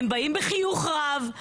באים בחיוך רב.